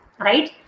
right